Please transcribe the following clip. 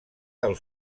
del